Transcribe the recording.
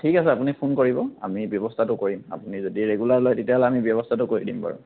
ঠিক আছে আপুনি ফোন কৰিব আমি ব্যৱস্থাটো কৰিম আপুনি যদি ৰেগুলাৰ লয় তেতিয়াহ'লে আমি ব্যৱস্থাটো কৰি দিম বাৰু